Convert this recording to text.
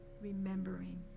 remembering